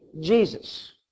Jesus